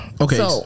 Okay